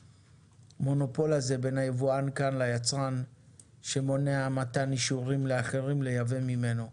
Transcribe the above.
המונופול הזה בין היבואן כאן ליצרן שמונע מתן אישורים לאחרים לייבא ממנו,